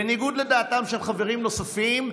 בניגוד לדעתם של חברים נוספים,